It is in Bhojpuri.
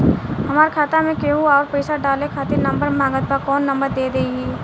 हमार खाता मे केहु आउर पैसा डाले खातिर नंबर मांगत् बा कौन नंबर दे दिही?